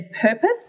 purpose